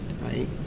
right